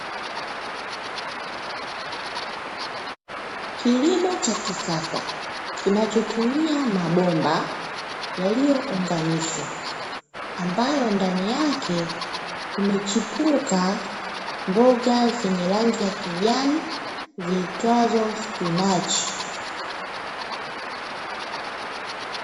Kilimo cha kisasa kinachotumia mabomba yaliyounganishwa ambayo ndani yake kumechipuka mboga zenye rangi ya kijani ziitwazo Spinachi.